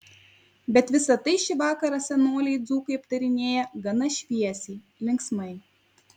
bet visa tai šį vakarą senoliai dzūkai aptarinėja gana šviesiai linksmai